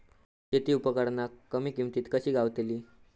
शेती उपकरणा कमी किमतीत कशी गावतली?